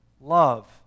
love